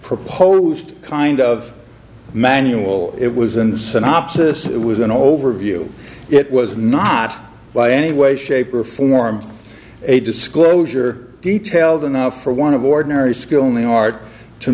proposed kind of manual it was an synopsis it was an overview it was not by any way shape or form a disclosure detailed enough for one of ordinary skill in the art to